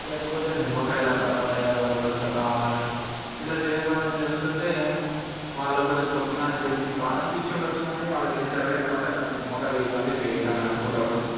లేకపోతే నిమ్మకాయలు అట్ల పడేయడం రోడ్దు మీద కావాలని ఇట్ల చేయగ చేస్తుంటే వాళ్ళక్కూడా తొక్కినారని తెలిసి బాదనిపిచ్చుండచ్చు కానీ వాళ్ళకేం జరగలేదు కాబట్టి అట్లాంటి నమ్మకాలన్నీ ఇవన్నీ ఫేక్ అని అనుకుంటారు